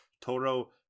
Toro